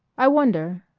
i wonder,